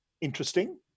interesting